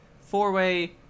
four-way